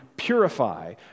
purify